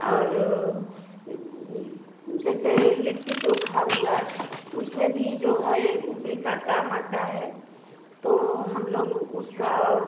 और जैसे लिट्टी चोखा हुआ उसमें भी जो है उपरी का काम आता है तो हम लोग उसका